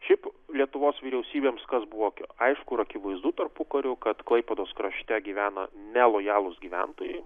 šiaip lietuvos vyriausybėms kas buvo aišku akivaizdu tarpukariu kad klaipėdos krašte gyvena nelojalūs gyventojai